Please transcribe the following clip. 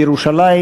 בירושלים,